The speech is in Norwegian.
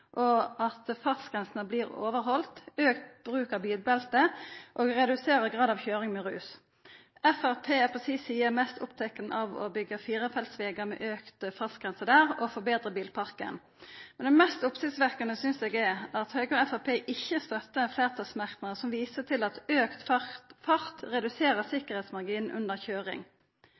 at fartsgrensene blir haldne, auka bruk av bilbelte og redusert grad av køyring i rus. Framstegspartiet er på si side mest opptatt av å byggja firefeltsvegar med auka fartsgrense og å forbetra bilparken. Men det mest oppsiktsvekkjande synest eg er at Høgre og Framstegspartiet ikkje støttar fleirtalsmerknaden som viser til at auka fart reduserer sikkerheitsmarginen under køyring.